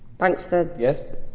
thanks for yes,